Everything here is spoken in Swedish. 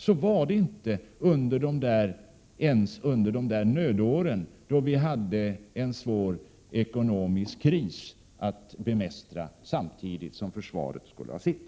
Så var det inte ens under de där nödåren då vi hade en svår ekonomisk kris att bemästra samtidigt som försvaret skulle ha sitt.